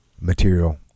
material